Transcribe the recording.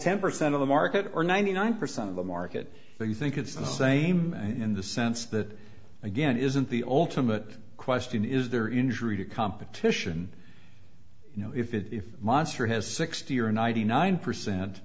ten percent of the market or ninety nine percent of the market they think it's the same in the sense that again isn't the ultimate question is there injury to competition you know if monster has sixty or ninety nine percent